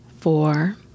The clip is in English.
four